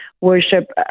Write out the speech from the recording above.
worship